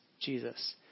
Jesus